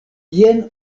jen